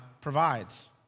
provides